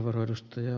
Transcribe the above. arvoisa puhemies